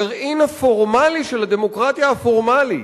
הגרעין הפורמלי של הדמוקרטיה הפורמלית.